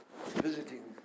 visiting